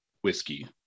whiskey